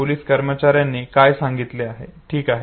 police कर्मचार्यांनी काय सांगितले ठीक आहे